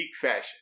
fashion